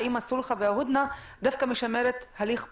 האם הסולחה והודנא אולי דווקא משמרות הליך פגום.